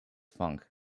funk